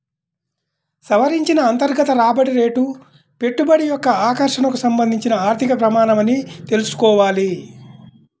సవరించిన అంతర్గత రాబడి రేటు పెట్టుబడి యొక్క ఆకర్షణకు సంబంధించిన ఆర్థిక ప్రమాణమని తెల్సుకోవాలి